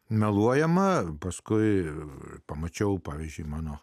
meluojama paskui ir pamačiau pavyzdžiui mano